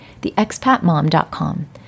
theexpatmom.com